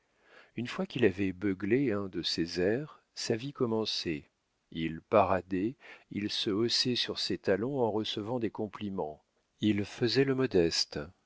une fois qu'il avait beuglé un de ses airs sa vie commençait il paradait il se haussait sur ses talons en recevant des compliments il faisait le modeste